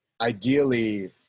ideally